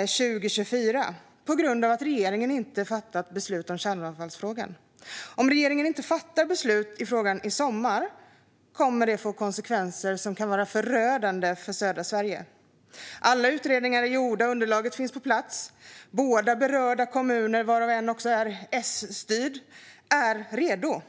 2024, på grund av att regeringen inte har fattat beslut i kärnavfallsfrågan. Om regeringen inte fattar beslut i frågan i sommar kan det få förödande konsekvenser för södra Sverige. Alla utredningar är gjorda. Underlaget finns på plats. Båda berörda kommuner, varav en är S-styrd, är redo.